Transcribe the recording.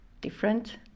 different